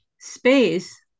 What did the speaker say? space